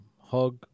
hug